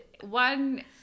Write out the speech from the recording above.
One